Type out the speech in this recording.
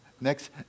Next